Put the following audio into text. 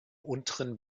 unteren